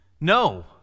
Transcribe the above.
No